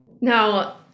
Now